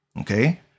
Okay